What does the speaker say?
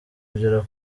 kugera